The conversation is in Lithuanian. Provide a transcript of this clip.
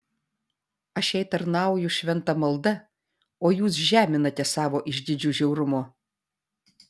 aš jai tarnauju šventa malda o jūs žeminate savo išdidžiu žiaurumu